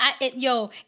yo